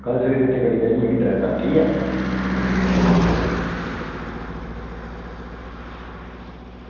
कल्ल सबेरै मिगी रेतै दी गड्डी चाहिदी तीन चार